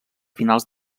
finals